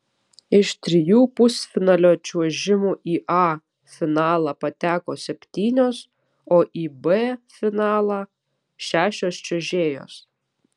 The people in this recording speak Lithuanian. iš trijų pusfinalio čiuožimų į a finalą pateko septynios o į b finalą šešios čiuožėjos